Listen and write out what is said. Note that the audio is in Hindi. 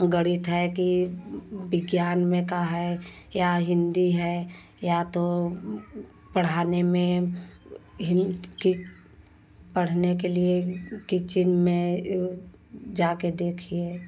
गणित है की विज्ञान में का है या हिंदी है या तो पढ़ाने में हिन् पढ़ने के लिए किचन में जाकर देखिए